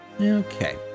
Okay